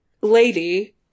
lady